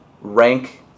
rank